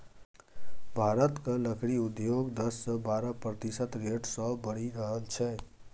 भारतक लकड़ी उद्योग दस सँ बारह प्रतिशत रेट सँ बढ़ि रहल छै